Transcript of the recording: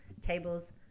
tables